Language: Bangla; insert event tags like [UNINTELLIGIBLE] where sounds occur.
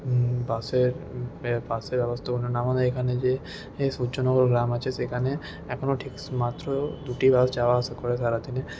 বাসের বাসের ব্যবস্থা [UNINTELLIGIBLE] আমাদের এখানে যে সূর্যনগর গ্রাম আছে সেখানে এখনও ঠিক মাত্র দুটি বাস যাওয়া আসা করে সারাদিনে